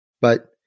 But-